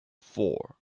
four